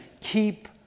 Keep